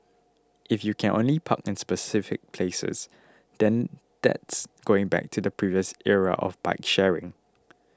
if you can only park in specific places then that's going back to the previous era of bike sharing